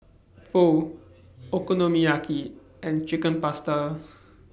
Pho Okonomiyaki and Chicken Pasta